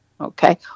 okay